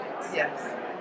Yes